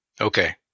okay